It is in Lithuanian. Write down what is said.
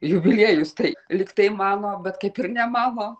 jubiliejus tai lyg tai mano bet kaip ir ne mano